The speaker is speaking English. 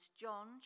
John